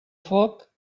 foc